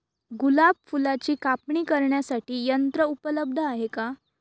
गुलाब फुलाची कापणी करण्यासाठी यंत्र उपलब्ध आहे का?